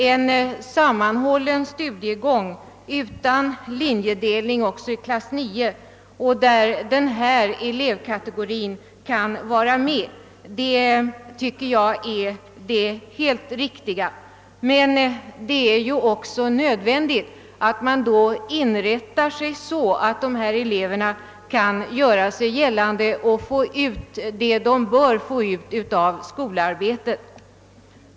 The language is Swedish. En sammanhållen studiegång utan linjedelning ens i årskurs 9 och med klasser där de praktiskt inriktade eleverna kan vara med är enligt min mening det helt riktiga. Men det är också nödvändigt att man inrättar sig så, att dessa elever kan göra sig gällande och få ut vad de bör få ut av skolarbetet.